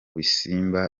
bisimba